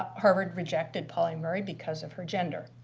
harvard rejected pauli murray because of her gender.